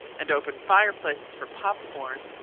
and open fire places for pop-corn,